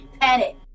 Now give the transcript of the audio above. Panic